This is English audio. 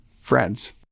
friends